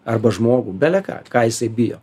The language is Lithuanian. arba žmogų bele ką ką jisai bijo